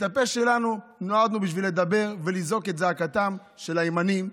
הפה שלנו נועד בשביל לדבר ולזעוק את זעקתם של הימנים,